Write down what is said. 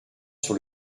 sur